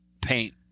paint